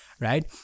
right